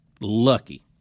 Lucky